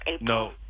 No